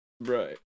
Right